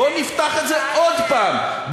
בואו נפתח את זה עוד פעם,